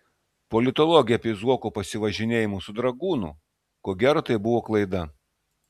politologė apie zuoko pasivažinėjimus su dragūnu ko gero tai buvo klaida